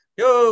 yo